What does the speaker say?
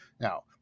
Now